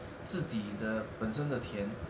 自己的本身的甜